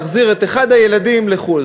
את אחד הילדים לחו"ל.